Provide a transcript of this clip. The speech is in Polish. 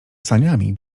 saniami